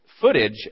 footage